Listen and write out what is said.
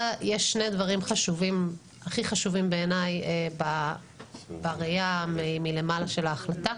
יש שני דברים שהם הכי חשובים בעיניי בראייה מלמעלה של ההחלטה: